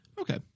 Okay